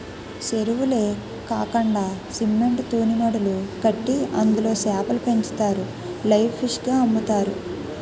సెరువులే కాకండా సిమెంట్ తూనీమడులు కట్టి అందులో సేపలు పెంచుతారు లైవ్ ఫిష్ గ అమ్ముతారు